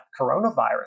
coronavirus